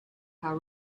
how